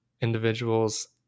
individuals